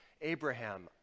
Abraham